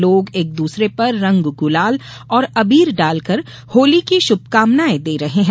लोग एक दूसरे पर रंग गुलाल और अबीर डालकर होली की शुभकामनाएं दे रहे है